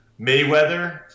Mayweather